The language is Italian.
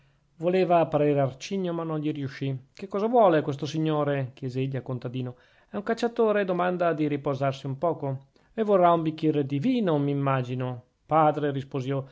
voleva parere arcigno ma non gli riuscì che cosa vuole questo signore chiese egli al contadino è un cacciatore e domanda di riposarsi un poco e vorrà un bicchier di vino m'immagino padre risposi